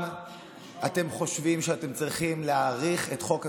אתם חושבים שאתם צריכים להאריך את חוק הסמכויות?